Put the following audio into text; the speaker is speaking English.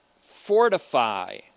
fortify